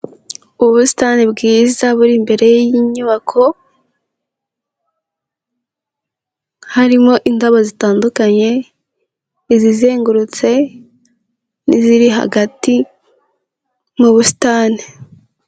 Ubusitani bwiza buri imbere y'inyubako, harimo indabo zitandukanye, izizengurutse n'iziri hagati mu busitani.